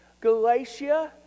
Galatia